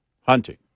Hunting